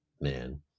man